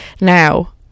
now